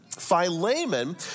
Philemon